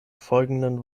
folgenden